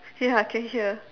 ya I can hear